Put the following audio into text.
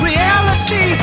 Reality